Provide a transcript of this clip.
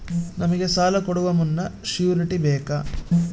ನಮಗೆ ಸಾಲ ಕೊಡುವ ಮುನ್ನ ಶ್ಯೂರುಟಿ ಬೇಕಾ?